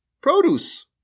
produce